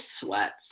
sweats